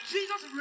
Jesus